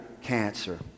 cancer